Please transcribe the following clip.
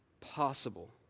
possible